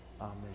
Amen